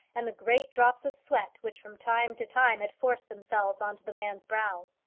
and the great drops of sweat which from time to time had forced themselves on to the man's brow.